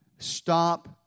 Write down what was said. Stop